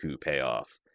payoff